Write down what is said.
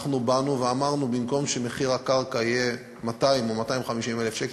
אנחנו באנו ואמרנו: במקום שמחיר הקרקע יהיה 200,000 או 250,000 שקל,